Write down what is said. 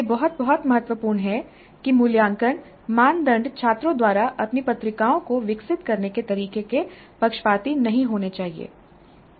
यह बहुत बहुत महत्वपूर्ण है कि मूल्यांकन मानदंड छात्रों द्वारा अपनी पत्रिकाओं को विकसित करने के तरीके के पक्षपाती नहीं होने चाहिए